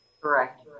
Correct